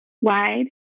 wide